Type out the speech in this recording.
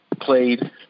played